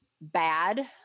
bad